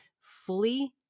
Fully